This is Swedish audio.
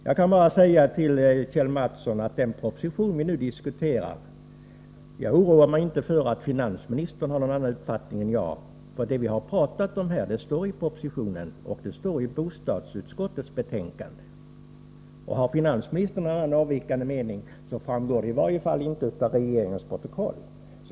Jag kan bara säga till Kjell Mattsson att när det gäller den proposition som vi nu diskuterar så oroar jag mig inte för att finansministern har någon annan uppfattning än jag, för det vi pratat om här står i propositionen och bostadsutskottets betänkande. Om finansministern har en avvikande mening framgår det i varje fallinte av regeringens protokoll.